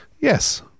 Yes